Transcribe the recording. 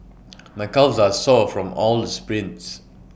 my calves are sore from all the sprints